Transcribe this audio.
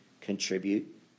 contribute